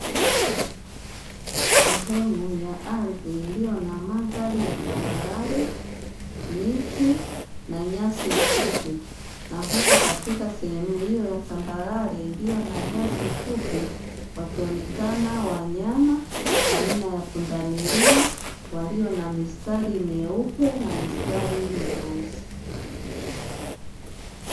Sehemu ya ardhi iliyo na mandhari ya tambarare, miti na nyasi fupi na huku katika sehemu hiyo ya tambarare iliyo na nyasi fupi, wakionekana wanyama aina ya pundamilia walio na mistari myeupe na mistari myeusi.